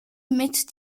mit